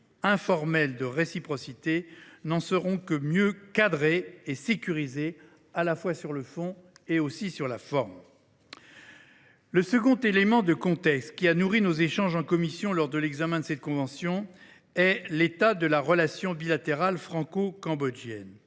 informel de réciprocité, n’en seront que mieux cadrées et sécurisées, tant sur le fond que sur la forme. Le second élément de contexte qui a nourri nos échanges en commission lors de l’examen de cette convention est la relation bilatérale franco cambodgienne.